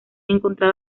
encontrado